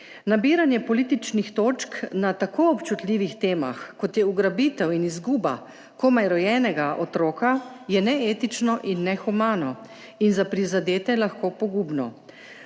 Nabiranje političnih točk na tako občutljivih temah, kot je ugrabitev in izguba komaj rojenega otroka, je neetično in nehumano in za prizadete lahko pogubno.